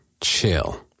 Chill